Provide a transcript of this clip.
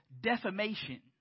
defamation